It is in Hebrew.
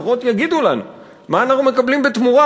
לפחות יגידו לנו מה אנחנו מקבלים בתמורה